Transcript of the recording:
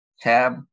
tab